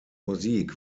musik